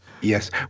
Yes